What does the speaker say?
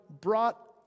brought